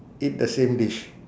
eat the same dish